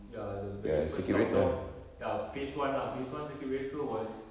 ya the very first lockdown ya phase one lah phase one circuit breaker was